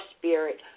spirit